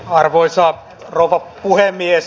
arvoisa rouva puhemies